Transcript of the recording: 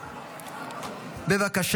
בבקשה.